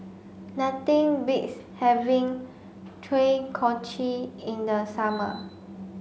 nothing beats having Kochi in the summer